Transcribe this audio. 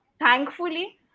Thankfully